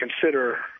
consider